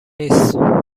نیست